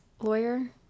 lawyer